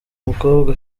mukobwa